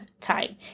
time